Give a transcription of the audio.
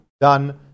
done